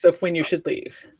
when you should leave.